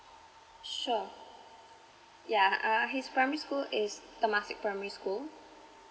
sure yeah uh his primary school is temasek primary school